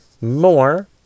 more